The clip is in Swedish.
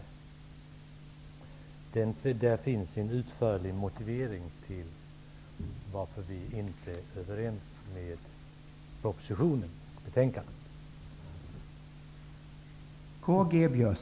I meningsyttringen finns en utförlig motivering till varför vi inte är överens med propositionen och betänkandet.